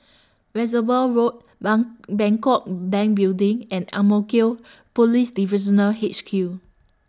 Reservoir Road Bang Bangkok Bank Building and Ang Mo Kio Police Divisional H Q